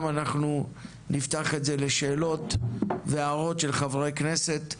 אנחנו נפתח את זה לשאלות והערות של חברי כנסת,